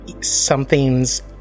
Something's